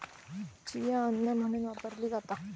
chia अन्न म्हणून वापरली जाता